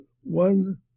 one